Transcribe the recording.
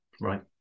right